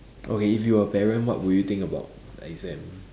okay if you are a parent what will you think about exam